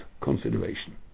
consideration